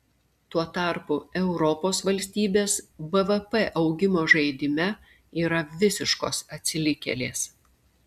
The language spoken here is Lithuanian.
tuo tarpu europos valstybės bvp augimo žaidime yra visiškos atsilikėlės